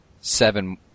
seven